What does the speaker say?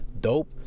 dope